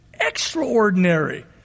extraordinary